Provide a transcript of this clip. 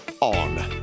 on